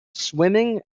swimming